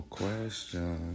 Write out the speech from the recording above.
question